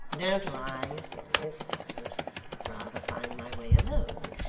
don't rise, dennis i would rather find my way alone.